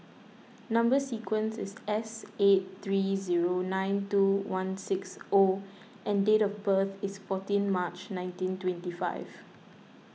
Number Sequence is S eight three zero nine two one six O and date of birth is fourteen March nineteen twenty five